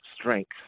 strength